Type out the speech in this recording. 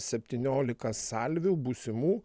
septyniolika salvių būsimų